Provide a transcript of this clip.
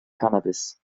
cannabis